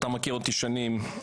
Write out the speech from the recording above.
אתה מכיר אותי שנים,